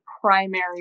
primary